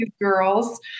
girls